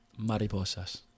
Mariposas